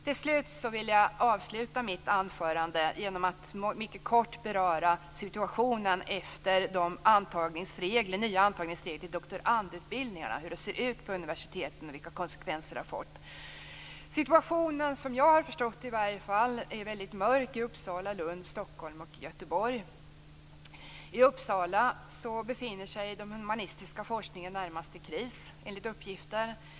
Jag vill avsluta mitt anförande med att mycket kort beröra situationen efter de nya antagningsreglerna till doktorandutbildningarna, hur det ser ut på universiteten och vilka konsekvenser det här har fått. Situationen är, i varje fall som jag har förstått det, väldigt mörk i Uppsala, Lund, Stockholm och Göteborg. I Uppsala befinner sig den humanistiska forskningen närmast i kris, enligt uppgifter.